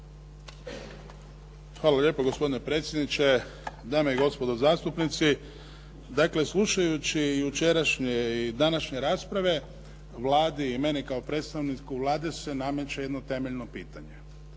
Hvala lijepo. Gospodine predsjedniče, dame i gospodo zastupnici. Dakle slušajući jučerašnje i današnje rasprave Vladi i meni kao predstavniku Vlade se nameće jedno temeljno pitanje.